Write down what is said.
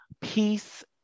peace